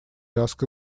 лязг